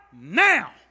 now